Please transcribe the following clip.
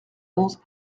onze